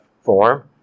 form